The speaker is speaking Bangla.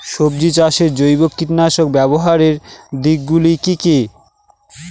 সবজি চাষে জৈব কীটনাশক ব্যাবহারের দিক গুলি কি কী?